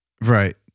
Right